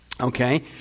okay